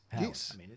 Yes